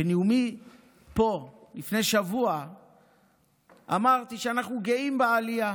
בנאומי פה לפני שבוע אמרתי שאנחנו גאים בעלייה